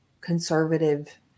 conservative